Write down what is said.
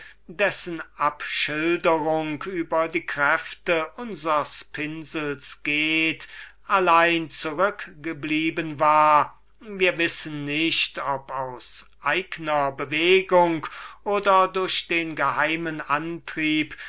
dessen abschilderung den pinsel eines thomsons oder geßners erfoderte allein zurückgeblieben war wir wissen nicht ob aus eigner bewegung oder durch den geheimen antrieb